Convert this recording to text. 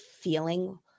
feeling